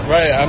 Right